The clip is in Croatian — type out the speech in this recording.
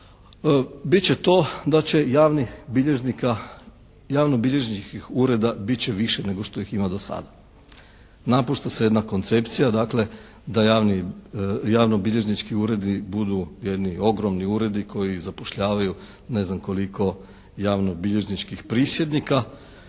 bilježnika, javnobilježničkih ureda bit će više nego što ih ima do sada. Napušta se jedna koncepcija dakle da javnobilježnički uredi budu jedni ogromni uredi koji zapošljavaju ne znam koliko javnobilježničkih prisjednika.